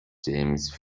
james